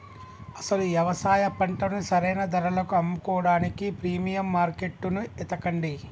అసలు యవసాయ పంటను సరైన ధరలకు అమ్ముకోడానికి ప్రీమియం మార్కేట్టును ఎతకండి